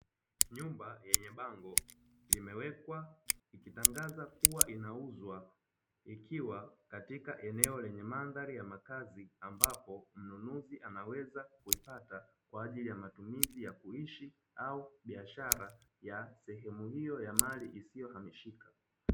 Nyumba yenye bango imewekwa likitangazwa kuwa inauzwa ikiwa katika eneo lenye mandhari ya makazi, ambapo mnunuzi anaweza kuipata kwa ajili ya matumizi ya kuishi au biashara ya sehemu hiyo ya mali isiyo hamishika.